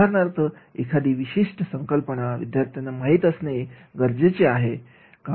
उदाहरणार्थ एखादी विशिष्ट संकल्पना विद्यार्थ्यांना माहिती असणे गरजेचे आहे का